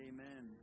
Amen